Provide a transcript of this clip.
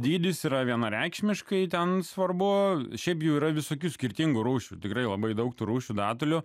dydis yra vienareikšmiškai ten svarbu šiaip jau yra visokių skirtingų rūšių tikrai labai daug rūšių datulių